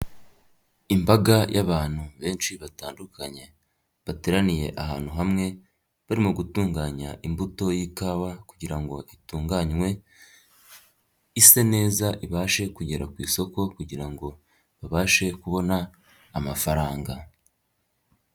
Imbaga y'abantu benshi batandukanye bateraniye ahantu hamwe, barimo gutunganya imbuto y'ikawa kugira ngo itunganwe, ise neza ibashe kugera ku isoko kugira ngo babashe kubona amafaranga.